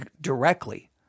directly